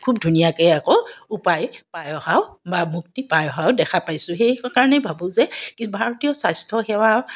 খুব ধুনীয়াকৈ আকৌ উপায় পাই অহাও বা মুক্তি পাই অহাও দেখা পাইছোঁ সেইকাৰণে ভাবোঁ যে ভাৰতীয় স্বাস্থ্য সেৱা